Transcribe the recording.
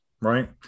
right